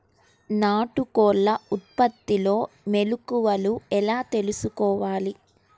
నాటుకోళ్ల ఉత్పత్తిలో మెలుకువలు ఎలా తెలుసుకోవాలి?